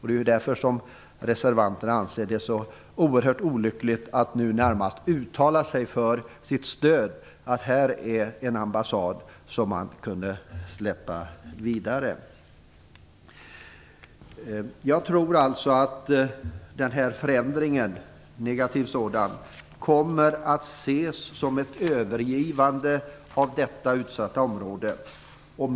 Det är därför reservanterna anser det så olyckligt att nu närmast uttala sitt stöd för tanken att detta är en ambassad som man kan släppa. Jag tror alltså att den här negativa förändringen kommer att ses som ett övergivande av detta utsatta område.